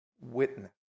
witness